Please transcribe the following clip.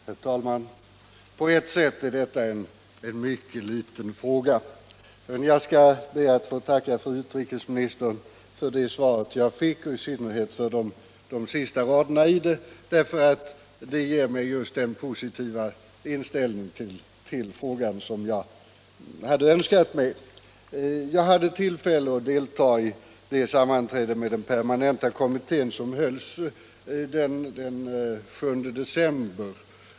Herr talman! På ett sätt är detta en mycket liten fråga, men jag skall be att få tacka fru utrikesministern för det svar jag fick och i synnerhet för de sista raderna i det, eftersom de ger just den positiva inställning till frågan som jag hade önskat mig. Jag hade tillfälle att delta i det sammanträde med den permanenta kommittén som hölls den 7 december.